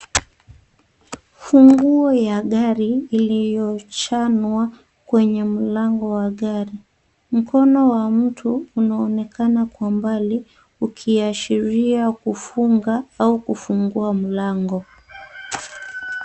Funguo ya gari iliyochanwa kwenye mlango wa gari. Mkono wa mtu unaonekana kwa mbali, ukiashiria kufunga au kufungua mlango.